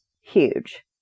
huge